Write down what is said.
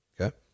okay